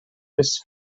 ist